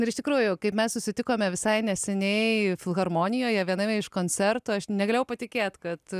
ir iš tikrųjų kaip mes susitikome visai neseniai filharmonijoje viename iš koncertų aš negalėjau patikėt kad